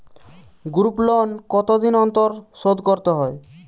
Group loan কতদিন অন্তর শোধকরতে হয়?